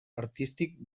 artístic